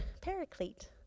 paraclete